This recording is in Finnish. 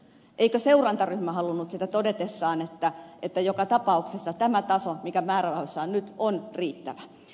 eikö seurantaryhmä halunnut sitä todetessaan että joka tapauksessa tämä taso mikä määrärahoissa nyt on on riittävä